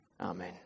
amen